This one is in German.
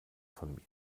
von